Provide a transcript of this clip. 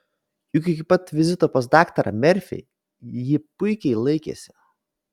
juk iki pat vizito pas daktarą merfį ji puikiai laikėsi